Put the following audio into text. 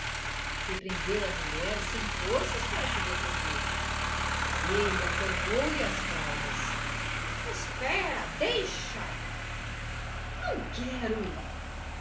repreendeu a mulher sem forças para se defender ele apanhou lhe as fraldas espera deixa não quero